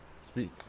Speak